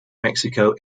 mexico